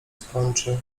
skończy